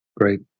great